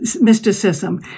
mysticism